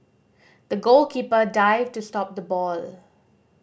the goalkeeper dived to stop the ball